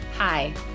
Hi